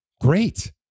Great